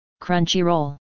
Crunchyroll